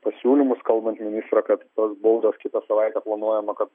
pasiūlymus kalbant ministrą kad tos baudos kitą savaitę planuojama kad